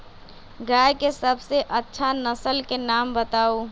गाय के सबसे अच्छा नसल के नाम बताऊ?